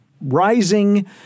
rising